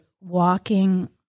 walking